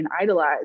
idolized